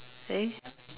say